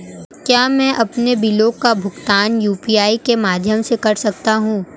क्या मैं अपने बिलों का भुगतान यू.पी.आई के माध्यम से कर सकता हूँ?